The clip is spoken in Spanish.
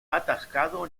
atascado